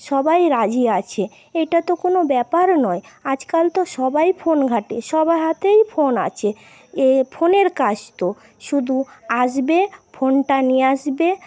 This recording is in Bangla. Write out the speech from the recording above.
সবাই রাজি আছে এটা তো কোনো ব্যাপার নয় আজকাল তো সবাই ফোন ঘাঁটে সবার হাতেই ফোন আছে এ ফোনের কাজ তো শুধু আসবে ফোনটা নিয়ে আসবে